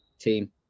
team